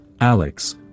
Alex